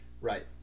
Right